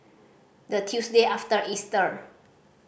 the Tuesday after Easter